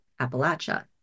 Appalachia